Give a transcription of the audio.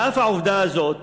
על אף העובדה הזאת